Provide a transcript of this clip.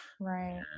right